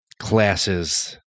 classes